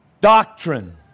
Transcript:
Doctrine